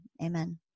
amen